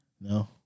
No